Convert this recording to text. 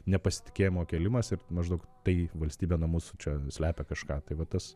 nepasitikėjimo kėlimas ir maždaug tai valstybė nuo mūsų čia slepia kažką tai va tas